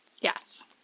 yes